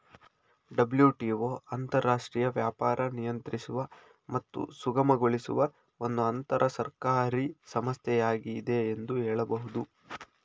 WTO ಅಂತರರಾಷ್ಟ್ರೀಯ ವ್ಯಾಪಾರ ನಿಯಂತ್ರಿಸುವ ಮತ್ತು ಸುಗಮಗೊಳಿಸುವ ಒಂದು ಅಂತರಸರ್ಕಾರಿ ಸಂಸ್ಥೆಯಾಗಿದೆ ಎಂದು ಹೇಳಬಹುದು